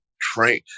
train